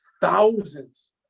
thousands